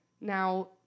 Now